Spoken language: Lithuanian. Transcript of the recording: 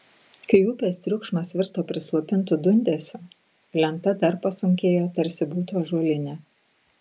kai upės triukšmas virto prislopintu dundesiu lenta dar pasunkėjo tarsi būtų ąžuolinė